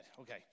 Okay